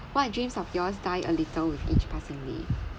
what dreams of yours die a little with each passing day